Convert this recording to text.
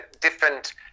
different